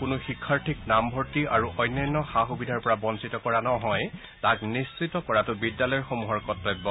কোনো শিক্ষাথীৰ্ক নামভৰ্তি আৰু অন্যান্য সা সুবিধাৰ পৰা বঞ্চিত কৰা নহয় তাক নিশ্চিত কৰাটো বিদ্যালয়সমূহৰ কৰ্তব্য